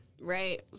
Right